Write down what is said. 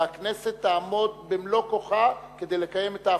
והכנסת תעמוד במלוא כוחה כדי לקיים את ההבטחה.